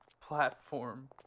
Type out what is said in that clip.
platform